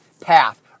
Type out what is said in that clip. path